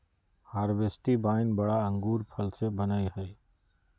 हर्बेस्टि wine बड़ा अंगूर फल से बनयय हइ